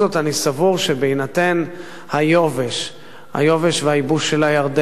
אני סבור שבהינתן היובש והייבוש של הירדן,